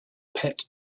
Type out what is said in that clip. pet